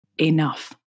enough